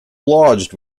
lodged